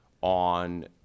on